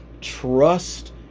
Trust